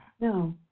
No